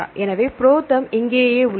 எனவே புரோதெர்ம் இங்கேயே உள்ளது